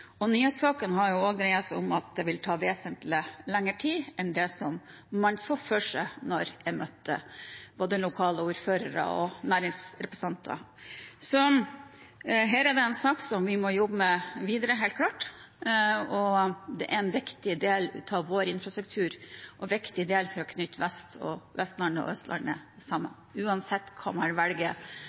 og nyhetssaken har også dreid seg om at det vil ta vesentlig lengre tid enn det man så for seg da jeg møtte både lokale ordførere og næringsrepresentanter. Dette er en sak vi helt klart må jobbe videre med. Det er en viktig del av vår infrastruktur og viktig for å knytte Vestlandet og Østlandet sammen. Uansett hva man